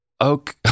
Okay